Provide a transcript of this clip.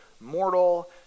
mortal